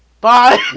Bye